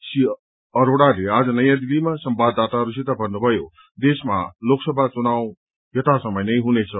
श्री अरोड़ाले आज नयाँ दिल्लीमा संवाददाताहरूसित भन्नुभयो देशमा लोकसभा चुनाव यथासमय नै हुनेछ